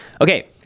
Okay